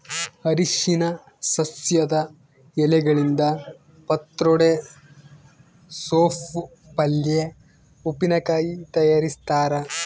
ಅರಿಶಿನ ಸಸ್ಯದ ಎಲೆಗಳಿಂದ ಪತ್ರೊಡೆ ಸೋಪ್ ಪಲ್ಯೆ ಉಪ್ಪಿನಕಾಯಿ ತಯಾರಿಸ್ತಾರ